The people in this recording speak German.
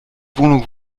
wohnung